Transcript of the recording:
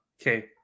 Okay